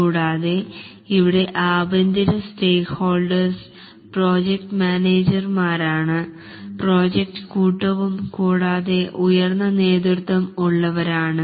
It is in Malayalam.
കൂടാതെ ഇവിടെ ആഭ്യന്തര സ്റ്റേക്കഹോൾഡേഴ്സ് പ്രോജക്ട് മാനേജർമാരാണ് പ്രോജക്ട്കൂട്ടവും കൂടാതെ ഉയർന്ന നേതൃത്വം ഉള്ളവരാണ്